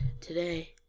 today